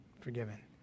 forgiven